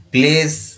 Place